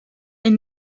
est